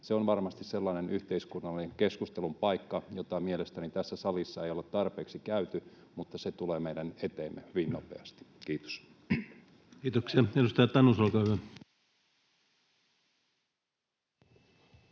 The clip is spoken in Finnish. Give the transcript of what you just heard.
Se on varmasti sellainen yhteiskunnallisen keskustelun paikka, jota mielestäni tässä salissa ei ole tarpeeksi käyty, mutta se tulee meidän eteemme hyvin nopeasti. — Kiitos. Kiitoksia. — Edustaja Tanus, olkaa hyvä.